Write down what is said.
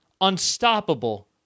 unstoppable